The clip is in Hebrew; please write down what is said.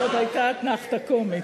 זאת היתה אתנחתא קומית.